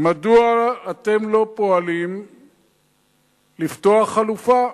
מדוע אתם לא פועלים לפתוח חלופה,